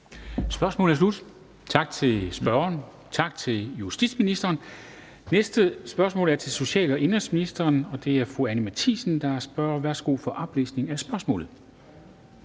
Spørgsmålet er slut. Tak til spørgeren, og tak til justitsministeren. Det næste spørgsmål er til social- og indenrigsministeren, og det er fru Anni Matthiesen, der spørger. Kl. 14:08 Spm.